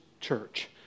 church